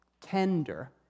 tender